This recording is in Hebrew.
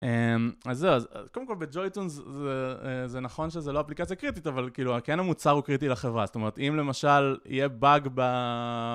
אז זהו, קודם כל בג'ויטיונס זה נכון שזה לא אפליקציה קריטית, אבל כן המוצר הוא קריטי לחברה, זאת אומרת אם למשל יהיה באג ב...